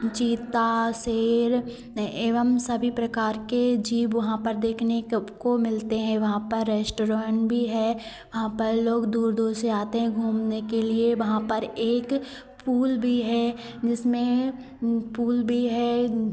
चीता शेर एवं सभी प्रकार के जीव वहाँ पर देखने को मिलते हैं वहाँ पर रेस्टोरेन्ट भी है वहाँ पर लोग दूर दूर से आते हैं घूमने के लिए वहाँ पर एक पूल भी है जिसमें पूल भी है